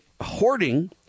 hoarding